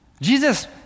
Jesus